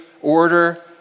order